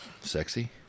sexy